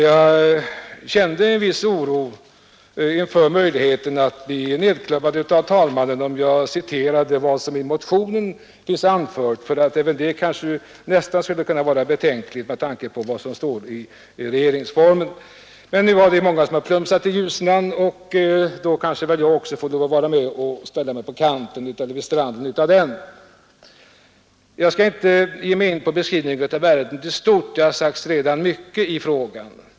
Jag kände en viss oro inför möjligheterna att bli nedklubbad av herr talmannen, om jag exempelvis citerade vad som finns anfört i motionen i detta ärende; det skulle vara betänkligt att göra det med hänsyn till vad som står i regeringsformen. Men nu är det många som har plumsat i Ljusnan, och då får väl kanske också jag lov att vara med och ställa mig på stranden vid den. Jag skall inte ge mig in i någon beskrivning av ärendet i stort, det har redan sagts mycket i frågan.